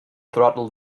throttle